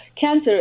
cancer